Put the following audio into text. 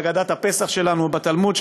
או הגדת הפסח שלנו או התלמוד,